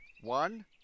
One